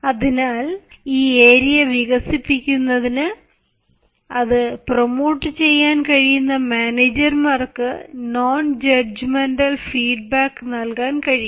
അതിനാൽ ഈ ഏരിയ വികസിപ്പിക്കുന്നതിന് അത് പ്രൊമോട്ട് ചെയ്യാൻ കഴിയുന്ന മാനേജർമാർക്ക് നോൺ ജഡ്ജ്മെന്റൽ ഫീഡ്ബാക്ക് നൽകാൻ കഴിയും